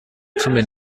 cumi